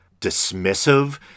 dismissive